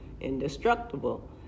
indestructible